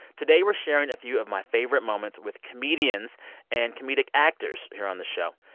today, we are sharing a few of my favorite moments with comedians and comedic actors here on the show.